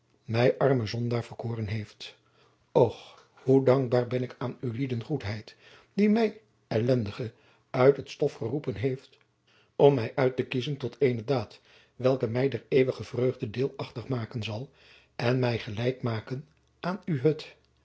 mij armen zondaar verkoren heeft och hoe dankbaar ben ik aan ulieder goedheid die mij elendige uit het stof geroepen heeft om mij uittekiezen tot eene daad welke mij der eeuwige vreugde deelachtig maken zal en mij gelijk maken aan